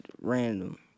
random